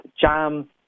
jam